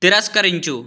తిరస్కరించు